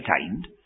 attained